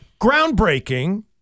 groundbreaking